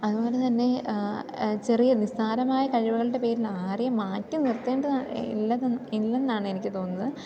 അതുപോലെ തന്നെ ചെറിയ നിസ്സാരമായ കഴിവുകളുടെ പേരിൽ ആരെയും മാറ്റി നിർത്തേണ്ടത് ഇല്ലത് ഇല്ലെന്നാണ് എനിക്ക് തോന്നുന്നത്